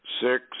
six